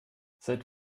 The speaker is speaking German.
seit